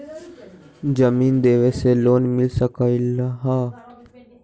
जमीन देवे से लोन मिल सकलइ ह?